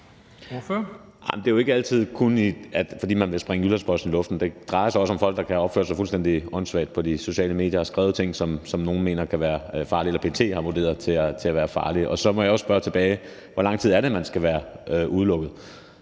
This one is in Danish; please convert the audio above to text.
(S): Det er jo ikke altid kun, fordi man vil sprænge Jyllands-Posten i luften. Det drejer sig også om folk, der kan have opført sig fuldstændig åndssvagt på de sociale medier og have skrevet ting, som nogle mener kan være farligt, eller som PET har vurderet til at være farligt. Så må jeg også spørge tilbage: Hvor lang tid er det, man skal være udelukket?